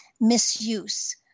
misuse